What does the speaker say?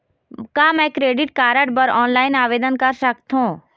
का मैं credit card बर ऑनलाइन आवेदन कर सकथों?